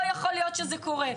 לא יכול להיות שזה קורה.